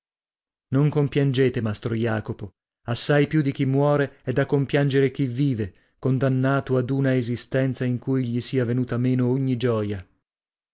non compiangete mastro jacopo assai più di chi muore è da compiangere chi vive condannato ad una esistenza in cui gli sia venuta meno ogni gioia